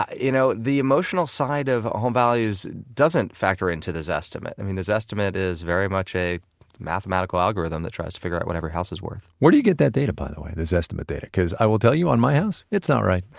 you know, the emotional side of home values doesn't factor into this estimate. i mean, this estimate is very much a mathematical algorithm that tries to figure out whatever house is worth where do you get that data, by the way, the zestimate data? because i will tell you, on my house, it's not right.